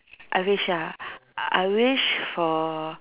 I wish ah I wish for